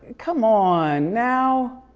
come on now.